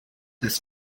this